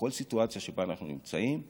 בכל סיטואציה שבה אנחנו נמצאים אנחנו,